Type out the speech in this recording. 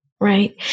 right